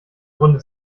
runde